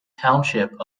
township